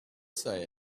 say